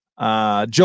Joe